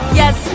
yes